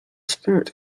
spirit